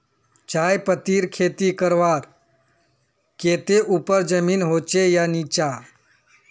चाय पत्तीर खेती करवार केते ऊपर जमीन होचे या निचान?